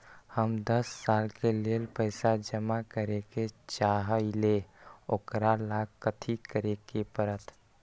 हम दस साल के लेल पैसा जमा करे के चाहईले, ओकरा ला कथि करे के परत?